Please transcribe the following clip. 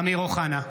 אמיר אוחנה,